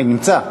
הנה, הוא נמצא.